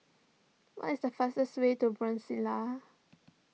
what is the fastest way to Brasila